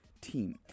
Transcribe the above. team